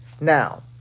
Now